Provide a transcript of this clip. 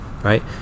right